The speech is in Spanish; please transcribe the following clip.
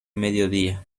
mediodía